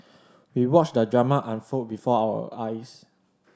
we watched the drama unfold before our eyes